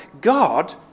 God